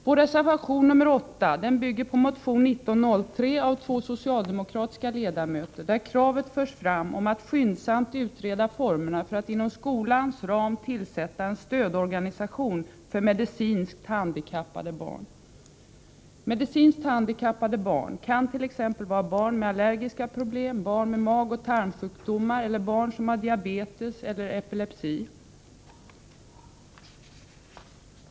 Vår reservation 8 bygger på motion 1903 av två socialdemokratiska ledamöter, där kravet förs fram om att skyndsamt utreda formerna för att inom skolans ram tillsätta en stödorganisation för medicinskt handikappade barn. Medicinskt handikappade barn kan t.ex. vara barn med allergiska problem, barn med magoch tarmsjukdomar eller barn som har diabetes eller epilepsi.